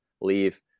leave